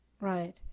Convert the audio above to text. Right